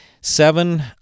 seven